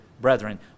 brethren